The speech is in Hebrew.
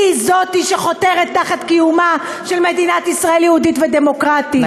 היא שחותרת תחת קיומה של מדינת ישראל יהודית ודמוקרטית,